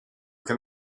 can